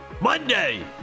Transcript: Monday